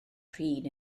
pryd